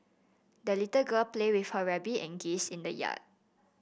the little girl played with her rabbit and geese in the yard